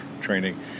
training